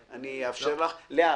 אלעזר שטרן, אאפשר לך לסכם.